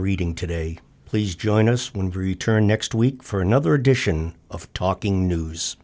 reading today please join us when we return next week for another edition of talking news